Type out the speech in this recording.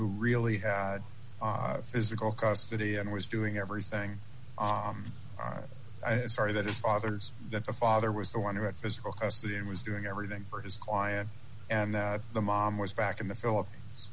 who really had physical custody and was doing everything on our sorry that his father's that the father was the one at physical custody and was doing everything for his client and that the mom was back in the philippines